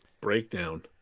breakdown